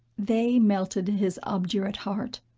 they melted his obdurate heart.